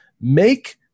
make